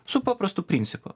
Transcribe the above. su paprastu principu